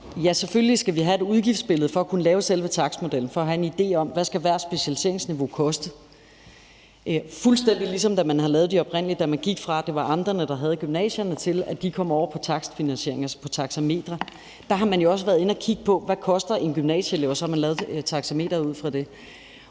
Selvfølgelig skal vi have et udgiftsbillede for at kunne lave selve takstmodellen – for at have en idé om, hvad hvert specialiseringsniveau skal koste. Det er fuldstændig, som da man lavede det oprindelig, da man gik fra, at det var amterne, der havde gymnasierne, til, at de kom over på takstfinansiering, altså på taxametre – der har man jo også været inde at kigge på, hvad en gymnasieelev koster, og så har man lavet taxameteret ud fra det.